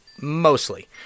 mostly